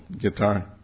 guitar